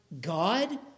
God